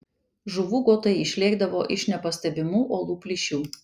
žuvų guotai išlėkdavo iš nepastebimų uolų plyšių